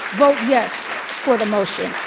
vote yes for the motion.